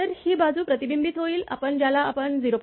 तर ही बाजू प्रतिबिंबित होईल आपण ज्याला आपण 0